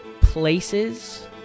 places